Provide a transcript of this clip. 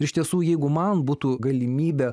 iš tiesų jeigu man būtų galimybė